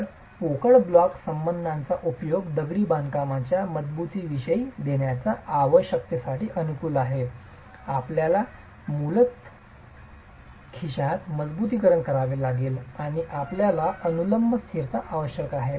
तर पोकळ ब्लॉक बांधकामाचा उपयोग दगडी बांधकामांना मजबुती देण्याच्या आवश्यकतेसाठी अनुकूल आहे आपल्याला मूलतः खिशात मजबुतीकरण लावावे लागेल आणि आपल्याला अनुलंब स्थिरता आवश्यक आहे